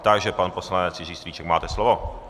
Takže pan poslanec Jiří Strýček, máte slovo.